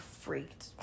freaked